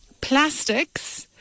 plastics